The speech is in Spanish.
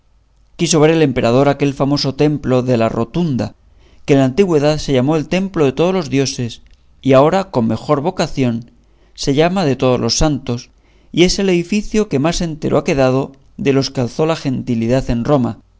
quiso ver el emperador aquel famoso templo de la rotunda que en la antigüedad se llamó el templo de todos los dioses y ahora con mejor vocación se llama de todos los santos y es el edificio que más entero ha quedado de los que alzó la gentilidad en roma